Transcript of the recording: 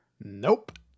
Nope